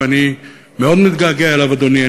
אני מאוד מתגעגע אליו, אדוני.